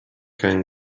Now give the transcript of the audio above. can